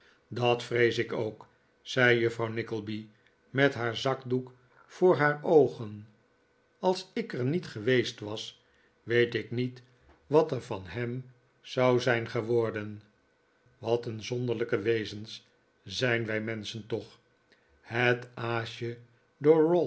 dat vrees ik ook zei juffrouw nickleby met haar zakdoek voor haar oogen als ik er niet geweest was weet ik niet wat er van hem zou zijn geworden wat een zonderlinge wezens zijn wij menschen toch het